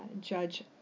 Judge